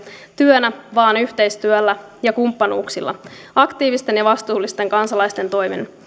työnä vaan yhteistyöllä ja kumppanuuksilla aktiivisten ja vastuullisten kansalaisten toimin